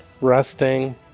resting